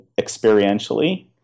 experientially